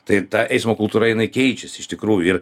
tai ta eismo kultūra jinai keičiasi iš tikrųjų ir